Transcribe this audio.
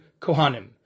kohanim